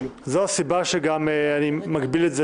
שילמדו.